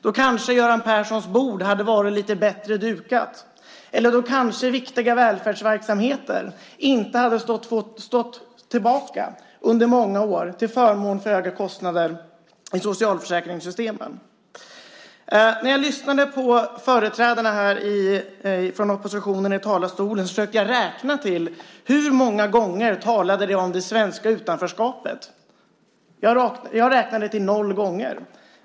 Då kanske Göran Perssons bord hade varit lite bättre dukat. Då kanske viktiga välfärdsverksamheter inte hade fått stå tillbaka under många år till förmån för höga kostnader i socialförsäkringssystemen. När jag lyssnade till oppositionens företrädare här försökte jag räkna hur många gånger de talade om det svenska utanförskapet. Jag räknade till noll gånger.